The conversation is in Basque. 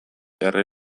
erre